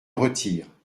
retire